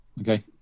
Okay